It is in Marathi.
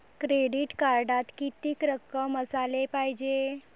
क्रेडिट कार्डात कितीक रक्कम असाले पायजे?